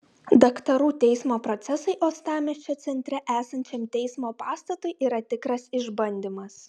daktarų teismo procesai uostamiesčio centre esančiam teismo pastatui yra tikras išbandymas